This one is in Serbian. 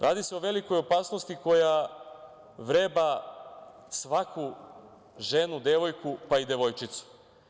Radi se o velikoj opasnosti koja vreba svaku ženu, devojku, pa i devojčicu.